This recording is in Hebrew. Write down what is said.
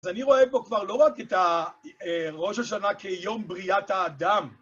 אז אני רואה פה כבר לא רק את ראש השנה כיום בריאת האדם.